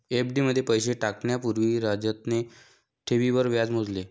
FD मध्ये पैसे टाकण्या पूर्वी राजतने ठेवींवर व्याज मोजले